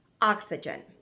oxygen